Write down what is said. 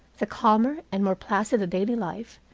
the calmer and more placid the daily life,